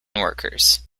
workers